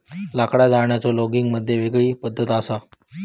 लाकडा जाळण्याचो लोगिग मध्ये वेगळी पद्धत असा